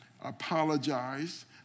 apologize